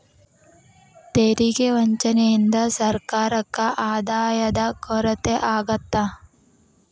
ತೆರಿಗೆ ವಂಚನೆಯಿಂದ ಸರ್ಕಾರಕ್ಕ ಆದಾಯದ ಕೊರತೆ ಆಗತ್ತ